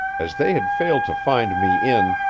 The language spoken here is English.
as they had failed to find me in,